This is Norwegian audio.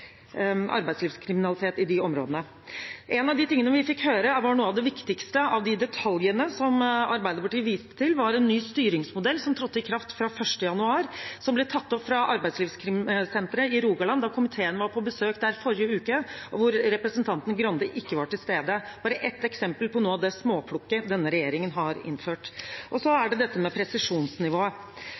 arbeidslivskriminalitet i de områdene. Én av de tingene vi fikk høre var en av de viktigste «detaljene», som Arbeiderpartiet viste til, var en ny styringsmodell som trådte i kraft fra 1. januar. Dette ble tatt opp av a-krimsenteret i Rogaland da komiteen var på besøk der i forrige uke, og representanten Arild Grande var ikke til stede der. Det er bare ett eksempel på noe av det «småplukket» som denne regjeringen har innført. Så er det